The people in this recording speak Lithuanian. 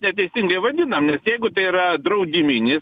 neteisingai vadinam nes jeigu tai yra draudiminis